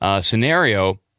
scenario